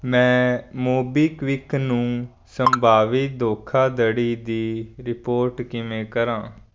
ਮੈਂ ਮੋਬੀਕਵਿਕ ਨੂੰ ਸੰਭਾਵੀ ਧੋਖਾਧੜੀ ਦੀ ਰਿਪੋਰਟ ਕਿਵੇਂ ਕਰਾਂ